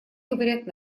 говорят